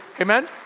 Amen